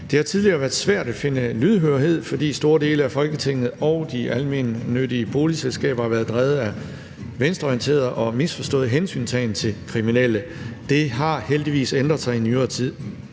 Det har tidligere været svært at finde lydhørhed, fordi store dele af Folketinget og de almennyttige boligselskaber har været drevet af venstreorienteret og misforstået hensyntagen til kriminelle. Det har heldigvis ændret sig i nyere tid.